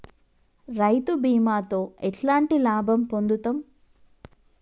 రైతు బీమాతో ఎట్లాంటి లాభం పొందుతం?